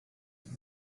note